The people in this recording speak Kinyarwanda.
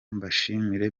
mbashimire